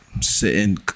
Sitting